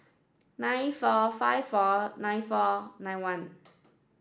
nine four five four nine four nine one